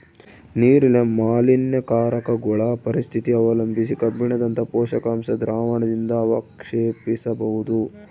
ನೀರಿನ ಮಾಲಿನ್ಯಕಾರಕಗುಳ ಉಪಸ್ಥಿತಿ ಅವಲಂಬಿಸಿ ಕಬ್ಬಿಣದಂತ ಪೋಷಕಾಂಶ ದ್ರಾವಣದಿಂದಅವಕ್ಷೇಪಿಸಬೋದು